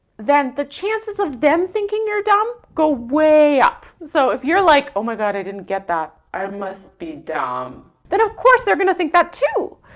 then the chances of them thinking you're dumb go way up. so if you're like, oh my god, i didn't get that, i must be dumb, then of course, they're gonna think that too.